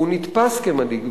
והוא נתפס כמדאיג,